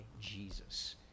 Jesus